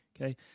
okay